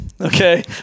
okay